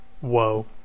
Whoa